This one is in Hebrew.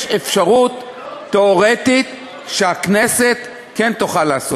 יש אפשרות תיאורטית שהכנסת כן תוכל לעשות.